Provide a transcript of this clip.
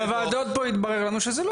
בוועדות פה התברר לנו שזה לא קורה.